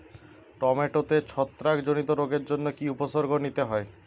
টমেটোতে ছত্রাক জনিত রোগের জন্য কি উপসর্গ নিতে হয়?